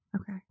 Okay